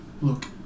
look